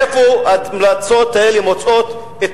אני שואל: איפה ההמלצות האלה מוצאות את